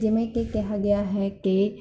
ਜਿਵੇਂ ਕਿ ਕਿਹਾ ਗਿਆ ਹੈ ਕਿ